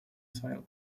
silos